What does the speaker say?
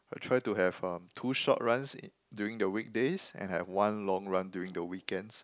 I try to have um two short runs in during the weekdays and have one long run during the weekends